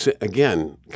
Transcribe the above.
Again